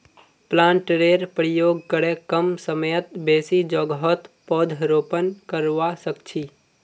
प्लांटरेर प्रयोग करे कम समयत बेसी जोगहत पौधरोपण करवा सख छी